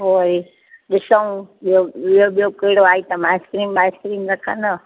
पोइ ॾिसऊं ॿियो ॿियो कहिड़ो आइटम आहे आइस्क्रीम वाइस्क्रीम रखंदव